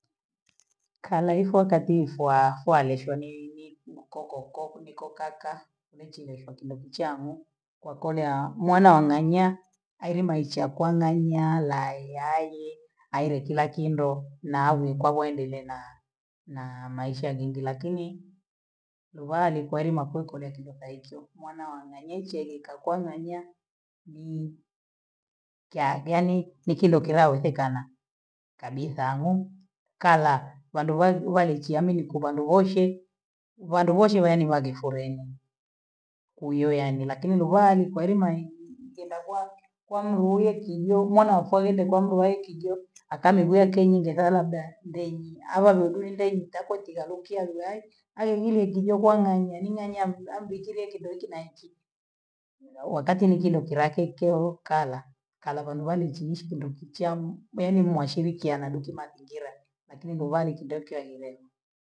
Kalaifwa katifwaha fualesho ni ni mkoko ndiko kaka, lecheleshwa kindokichaa kwa kole mwana ang'anya, ailimaishwa kwang'anya layilaile aile kila kindo na vikwavo aendelee na na maisha lingi lakini nduvaa likweli mafuukole kinduka ikyo, mwana wa manye nchilika kwa ng'anyaa nii kyake yaani ni kile kila wezekana kabisa hano, kala vandu vanu valechea mi niko vanduvoshe, vanduvoshe yaani wagifule ino kuleani lakini ndovani kwalima ni ni kwendagwa kwa mlunge kijo maana hufai ndekwamluai kijoo, akanilwiya kenyingi akaona ba ndenyi ava veluni ndenyi takokyarukia uwahi au ile gizo kwa ng'anya niwanyambu ambujire kibao kinanchi wakati ni kilo kilake keho kala, kala vanduvandu nchichi ndo kichaa yaani mwashikiliana kuki mazingira lakini ni wale kindokyo wailema.